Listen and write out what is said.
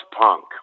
punk